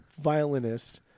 violinist